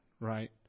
right